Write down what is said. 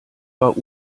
war